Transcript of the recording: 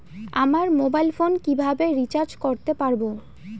আমার mobile phone কিভাবে recharge করতে পারব?